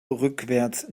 rückwarts